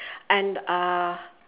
and uh